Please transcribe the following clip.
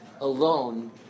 alone